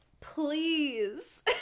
Please